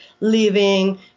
living